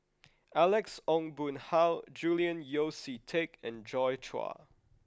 Alex Ong Boon Hau Julian Yeo See Teck and Joi Chua